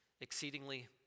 Exceedingly